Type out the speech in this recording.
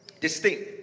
Distinct